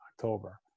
October